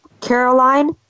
Caroline